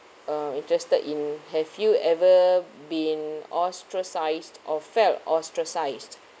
uh interested in have you ever been ostracized or felt ostracized